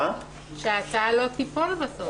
שההצעה לא תיפול בסוף.